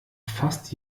fast